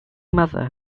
mother